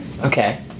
Okay